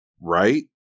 Right